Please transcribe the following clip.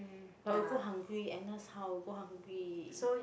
um but I will go hungry Agnes how we go hungry